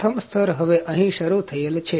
પ્રથમ સ્તર હવે અહીં શરૂ થયેલ છે